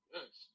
Yes